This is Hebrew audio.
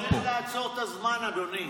לא, צריך לעצור את הזמן, אדוני.